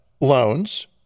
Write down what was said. loans